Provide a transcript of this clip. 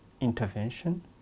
intervention